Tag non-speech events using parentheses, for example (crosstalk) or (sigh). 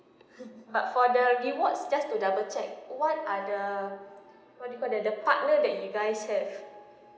(laughs) but for the rewards just to double check what are the what you call that the partner that you guys have